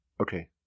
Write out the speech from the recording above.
Okay